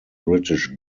british